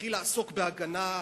שנתחיל לעסוק בהגנה,